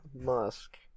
Musk